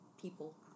people